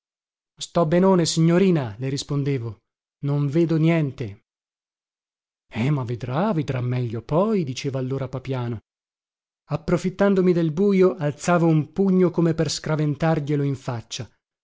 sto benone signorina le rispondevo non vedo niente eh ma vedrà vedrà meglio poi diceva allora papiano approfittandomi del bujo alzavo un pugno come per scaraventarglielo in faccia